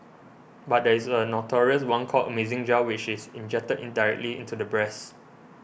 but there is a notorious one called Amazing Gel which is injected directly into the breasts